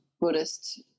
Buddhist